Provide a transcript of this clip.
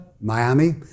Miami